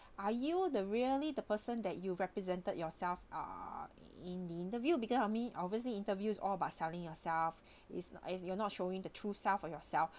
are you the really the person that you represented yourself uh in the interview because of me obviously interviews all about selling yourself is is you're not showing the truth self for yourself